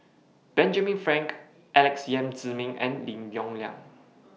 Benjamin Frank Alex Yam Ziming and Lim Yong Liang